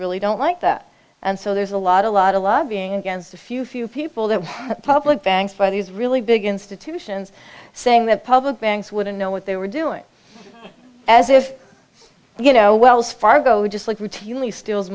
really don't like that and so there's a lot a lot of lobbying against a few few people the public banks for these really big institutions saying that public banks wouldn't know what they were doing as if you know wells fargo who just like routinely steals